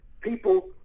people